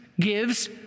gives